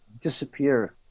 disappear